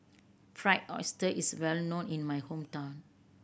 Fried Oyster is well known in my hometown